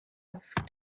off